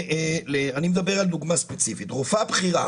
אני מדבר על דוגמה ספציפית, רופאה בכירה